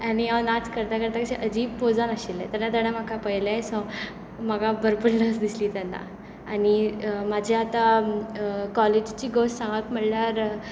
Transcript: आनी हांव नाच करतां करतां अशें अजीब पोजान आशिल्ले तेन्ना तांणे म्हाका पळयलें सो म्हाका भरपूर लज दिसली तेन्ना आनी म्हजे आतां कॉलेजिची गोश्ट सांगप म्हणल्यार